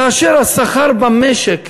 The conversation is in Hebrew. כאשר השכר במשק,